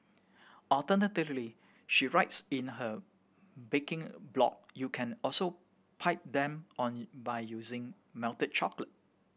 alternatively she writes in her baking blog you can also pipe them on by using melted chocolate